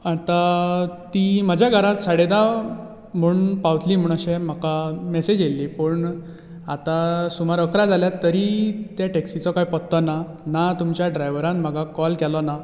आतां ती म्हाज्या घरा साडे धां म्हूण पावतली म्हूण अशें म्हाका मॅसेज येयल्ली पूण आतां सुमार अकरा जाल्यात तरी त्या टॅक्सीचो कांय पत्तो ना ना तुमच्या ड्राइवरान म्हाका कॉल केलो ना